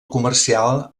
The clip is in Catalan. comercial